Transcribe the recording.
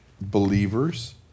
believers